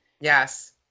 Yes